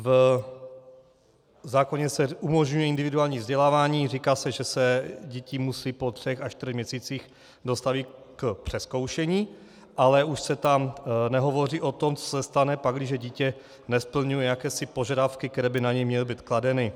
V zákoně se umožní individuální vzdělávání, říká se, že se děti musí po třech a čtyřech měsících dostavit k přezkoušení, ale už se tam nehovoří o tom, co se stane, pakliže dítě nesplňuje jakési požadavky, které by na něj měly být kladeny.